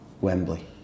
Wembley